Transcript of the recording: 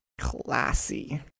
Classy